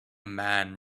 man